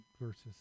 versus